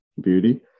beauty